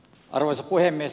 arvoisa puhemies